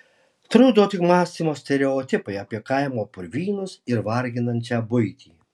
trukdo tik mąstymo stereotipai apie kaimo purvynus ir varginančią buitį